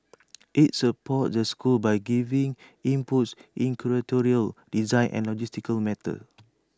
IT supports the schools by giving inputs in curatorial design and logistical matters